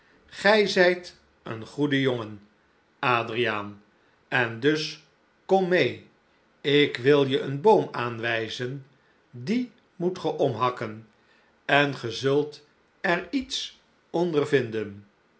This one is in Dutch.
zijt een goede jongen adriaan en dus kom meê ik wil je een boom aanwijzen dien moet ge omhakken en ge zult er iets